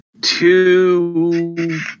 Two